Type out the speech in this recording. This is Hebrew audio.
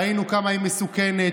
ראינו כמה היא מסוכנת,